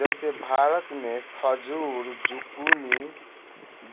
जइसे भारत मे खजूर, जूकीनी,